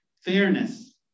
Fairness